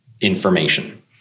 information